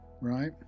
right